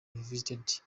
visited